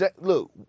look